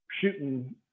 shooting